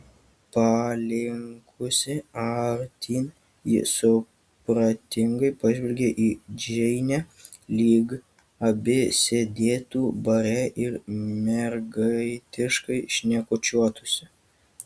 palinkusi artyn ji supratingai pažvelgė į džeinę lyg abi sėdėtų bare ir mergaitiškai šnekučiuotųsi